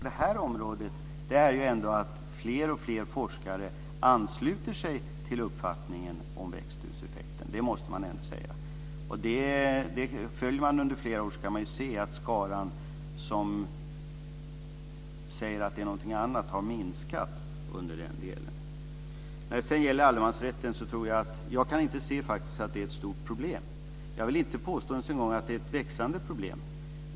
Herr talman! Jag delar uppfattningen att man inte ska vara tvärsäker. Jag har också hört många som har varit tvärsäkra. Kärnkraften var säker, och sedan kom Det är klart att man ska vara försiktig när man uttalar sig om olika delar. Det vi kan konstatera på det här området är att alltfler forskare ansluter sig till uppfattningen om växthuseffekten. Det måste man ändå säga. Följer man utvecklingen under flera år kan man se att skaran som säger att det beror på någonting annat har minskat. Jag kan inte se att det är ett stort problem med allemansrätten. Jag vill inte ens påstå att det är ett växande problem.